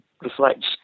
reflects